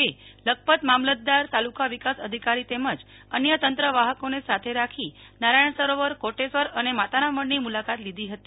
એ લખપત મામલતદાર તાલુકા વિકાસ અધિકારી તેમજ અન્ય તંત્રવાહકોને સાથે રાખી નારાયણ સરોવર કોટેશ્વર અને માતાના મઢની મુલાકાત લીધી હતી